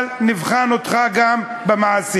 אבל נבחן אותך גם במעשים.